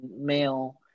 male